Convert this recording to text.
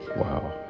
Wow